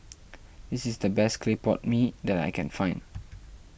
this is the best Clay Pot Mee that I can find